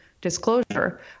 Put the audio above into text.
disclosure